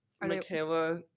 Michaela